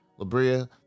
labria